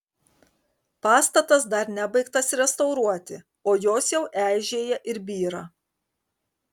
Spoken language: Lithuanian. pastatas dar nebaigtas restauruoti o jos jau eižėja ir byra